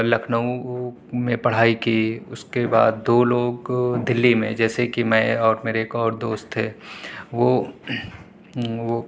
لکھنؤ میں پڑھائی کی اس کے بعد دو لوگ دلّی میں جیسے کہ میں اور میرے ایک اور دوست تھے وہ وہ